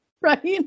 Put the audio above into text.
Right